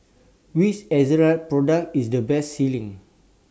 Which Ezerra Product IS The Best Selling